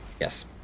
Yes